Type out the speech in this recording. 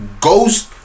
ghost